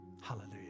Hallelujah